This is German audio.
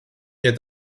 ihr